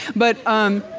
but, um,